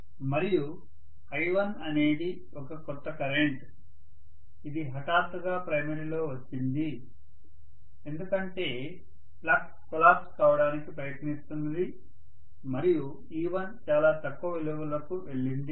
మరియు I1 అనేది ఒక కొత్త కరెంట్ ఇది హఠాత్తుగా ప్రైమరీలో వచ్చింది ఎందుకంటే ఫ్లక్స్ కొలాప్స్ కావడానికి ప్రయత్నిస్తున్నది మరియు e1 చాలా తక్కువ విలువలకు వెళ్ళింది